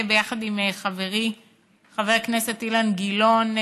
יחד עם חברי חבר הכנסת אילן גילאון,